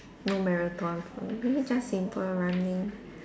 no marathon for me maybe just simple running